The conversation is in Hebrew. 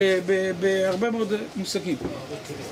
בהרבה מאוד מושגים.